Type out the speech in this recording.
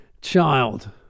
child